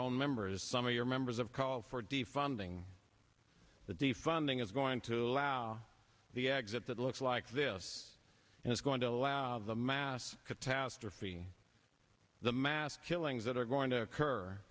own members some of your members of call for defunding the defunding is going to allow the exit that looks like this is going to last of the mass catastrophe the mass killings that are going to occur